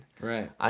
Right